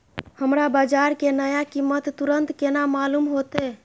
हमरा बाजार के नया कीमत तुरंत केना मालूम होते?